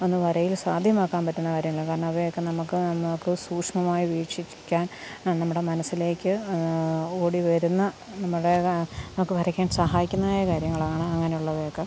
ഒന്ന് വരയിൽ സാധ്യമാക്കാൻ പറ്റുന്ന കാര്യമാണ് കാരണം അവയൊക്കെ നമുക്ക് നമുക്ക് സൂക്ഷ്മമായി വീക്ഷിക്കാൻ നമ്മുടെ മനസ്സിലേക്ക് ഓടിവരുന്ന നമ്മുടേതായ നമുക്ക് വരയ്ക്കാൻ സഹായിക്കുന്നതായ കാര്യങ്ങളാണ് അങ്ങനെ ഉള്ളവയൊക്കെ